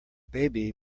baby